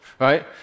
right